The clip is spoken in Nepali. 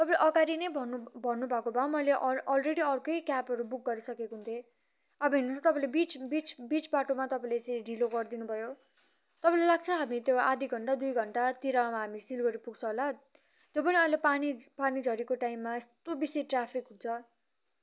तपाईँले अगाडि नै भन्नु भन्नु भएको भए मैले अलरेडी अर्कै क्याबहरू बुक गरिसकेको हुन्थेँ अब हेर्नुहोस् त तपाईँले बिच बिच बिच बाटोमा तपाईँले यसरी ढिलो गरिदिनु भयो तपाईँलाई लाग्छ हामी त्यो आधा घन्टा दुई घन्टातिर हामी सिलगढी पुग्छ होला त्यो पनि अहिले पानीझरीको टाइममा यस्तो बेसी ट्राफिक हुन्छ